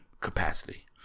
capacity